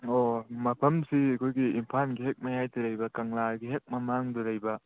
ꯍꯣꯏ ꯍꯣꯏ ꯃꯐꯝꯁꯤ ꯑꯩꯈꯣꯏꯒꯤ ꯏꯝꯐꯥꯜꯒꯤ ꯍꯦꯛ ꯃꯌꯥꯏꯗ ꯂꯩꯕ ꯀꯪꯂꯥꯒꯤ ꯍꯦꯛ ꯃꯃꯥꯡꯗ ꯂꯩꯕ